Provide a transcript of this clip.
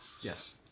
yes